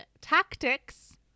tactics